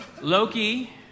Loki